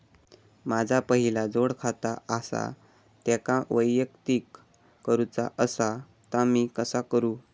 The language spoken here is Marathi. माझा पहिला जोडखाता आसा त्याका वैयक्तिक करूचा असा ता मी कसा करू?